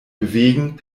bewegen